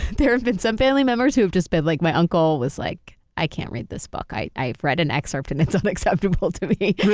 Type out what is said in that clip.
there have been some family members who have just been like, my uncle was like i can't read this book. i i read an excerpt and it's unacceptable to me.